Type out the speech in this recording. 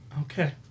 Okay